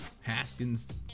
Haskins